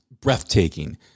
breathtaking